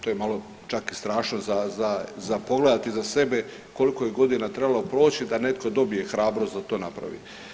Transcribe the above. To je malo čak i strašno za pogledati iza sebe koliko je godina trebalo proći da netko dobije hrabrost da to napravi.